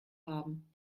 haben